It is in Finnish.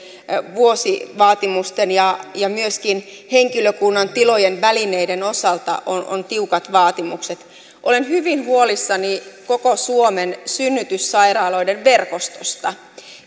vuosivaatimusten vuoksi ja myöskin henkilökunnan tilojen ja välineiden osalta on tiukat vaatimukset olen hyvin huolissani koko suomen synnytyssairaaloiden verkostosta